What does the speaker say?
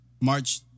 March